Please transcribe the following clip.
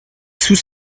sous